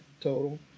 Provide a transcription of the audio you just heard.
total